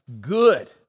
good